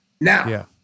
now